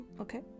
Okay